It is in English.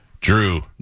Drew